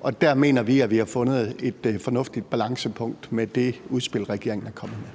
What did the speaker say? Og der mener vi, at vi har fundet et fornuftigt balancepunkt med det udspil, regeringen er kommet med.